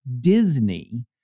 Disney